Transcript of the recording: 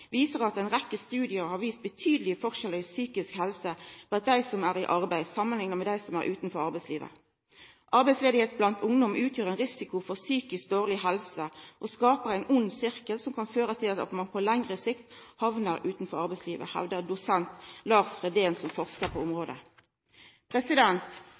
viser at ei rekkje studium har vist betydelege forskjellar i psykisk helse blant dei som er i arbeid, samanlikna med dei som er utanfor arbeidslivet. «Arbeidsledighet blant ungdommer utgjør en risiko for psykisk dårlig helse og skaper en ond sirkel som kan føre til at man på lengre sikt havner utenfor arbeidslivet», hevdar dosent Lars Fredén, som forska på